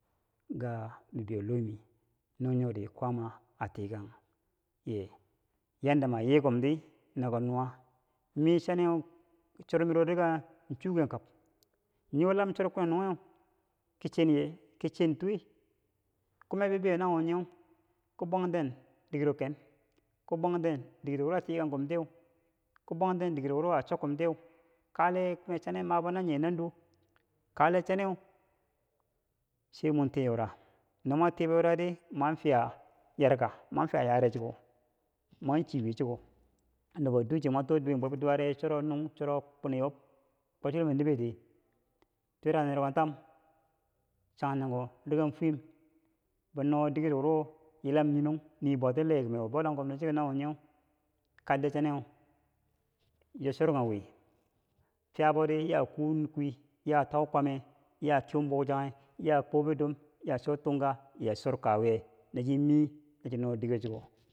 ga bibeyo loh mi no nyori kwaama a tikanghe yanda ma yi kom ti na kom nuwa mi chaneu chor mido riga chuken kab nii wo lam choro kwininungheu ki chenye ki chen tuwe kume bibeyo nawo nyeu kom bwangten dikero ken kom bwanten dikero wo a tikangh komtiye kom ma dikerowo achokomtiye kale kime chaneu mabo na nyim naduwe kale chaneu sai mo tii yora no motibo yorari mofiya yarka mo fiya yare chiko mo chiweye chiko nubo duche mwa to duwen bwebi duware choro nuung choro kwini yob choro kwob chilom boo nibe di twira nerakon tam changchanko rega fuyem bou no dikero wuro yilam nyinong nibwatiye leh kime wo boulangkom ti choko nawo nyeu kaldo chaneu chiya chorkang wi fiya be yari a kukwi fiya ya tau kwame ya kuu bidom ya ku bucchanghe ya chor kawuye ya chob tunga na chomiye na cho no diger chiko.